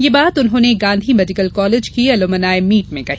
ये बात उन्होंने गांधी मेडीकल कॉलेज की एलुमनी मीट में कही